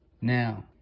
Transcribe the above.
now